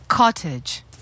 Cottage